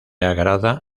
agrada